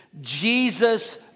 Jesus